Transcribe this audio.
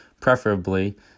preferably